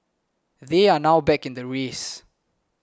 they are now back in the race